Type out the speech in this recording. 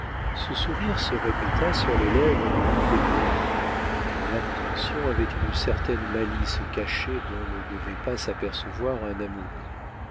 ce sourire se répéta sur les lèvres de tous les convives dont l'attention avait une certaine malice cachée dont ne devait pas s'apercevoir un amoureux